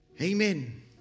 Amen